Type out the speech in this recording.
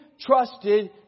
trusted